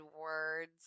words